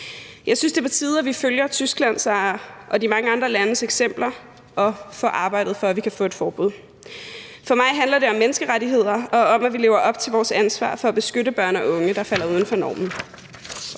Jeg synes, det er på tide, at vi følger Tysklands og de mange andre landes eksempler og får arbejdet for, at vi kan få et forbud. For mig handler det om menneskerettigheder og om, at vi lever op til vores ansvar for at beskytte børn og unge, der falder uden for normen.